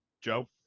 joe